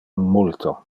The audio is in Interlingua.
multo